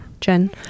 Jen